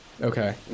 Okay